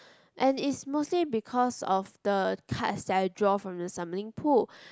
and is mostly because of the cards that I draw from the assembling pool